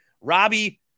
Robbie